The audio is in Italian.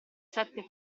sette